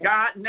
God